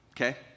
okay